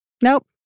nope